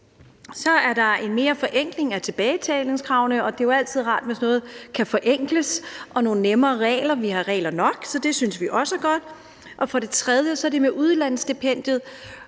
Så er der en forenkling af tilbagebetalingskravene. Det er jo altid rart, når noget kan forenkles, og når reglerne gøres nemmere at forstå, for vi har jo regler nok, så det synes vi også er godt. Herudover er der det med udlandsstipendiet,